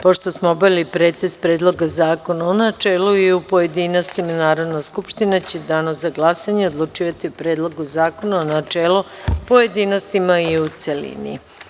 Pošto smo obavili pretres Predloga zakon u načelu i u pojedinostima, Narodna skupština će u danu za glasanje odlučivati o Predlogu zakona u načelu, pojedinostima i u celini.